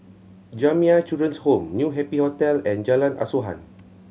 Jamiyah Children's Home New Happy Hotel and Jalan Asuhan